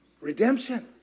Redemption